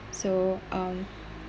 so um